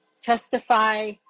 testify